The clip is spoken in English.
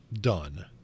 done